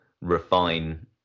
refine